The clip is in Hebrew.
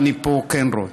ואני כן רואה